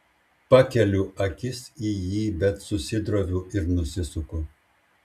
pakeliu akis jį į bet susidroviu ir nusisuku